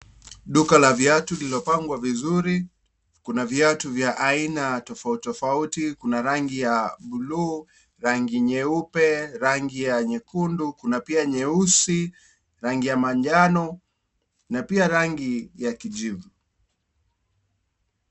Duka la viatu lililopangwa vizuri, kuna viatu vya ainatofauti tofauti. Kuna rangi ya bluu, rangi nyeupe, rangi ya nyekundu kuna pia nyeusi , rangi ya majnjano na pia rangi ya kijivu.